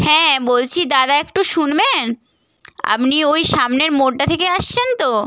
হ্যাঁ বলছি দাদা একটু শুনবেন আপনি ওই সামনের মোড়টা থেকে আসছেন তো